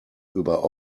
über